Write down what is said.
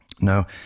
Now